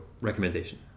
recommendation